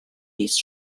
mis